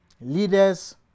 Leaders